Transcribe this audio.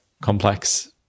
complex